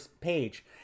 page